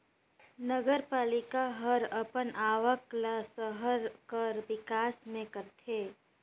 नगरपालिका हर अपन आवक ल सहर कर बिकास में करथे